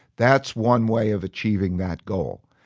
that's one way of achieving that goal.